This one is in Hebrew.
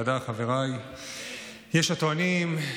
למה לא לתת גיבוי לחלוטין לחיילי צה"ל?